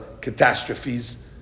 catastrophes